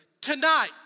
tonight